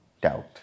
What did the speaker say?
doubt